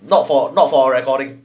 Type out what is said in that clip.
not for not for recording